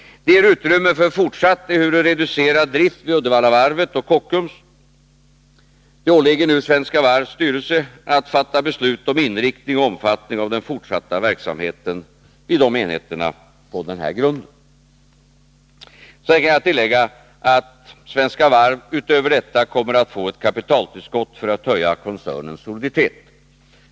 Det ger utrymme för fortsatt, ehuru reducerad, drift vid Uddevallavarvet och Kockums. Det åligger nu Svenska Varvs styrelse att på denna grundval fatta beslut om inriktning och omfattning av den fortsatta verksamheten vid de enheterna. Sedan kan jag tillägga att Svenska Varv utöver detta kommer att få ett kapitaltillskott för att höja koncernens soliditet.